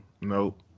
Nope